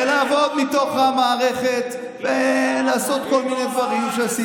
ולעבוד מתוך המערכת ולעשות כל מיני דברים שעשית.